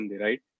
right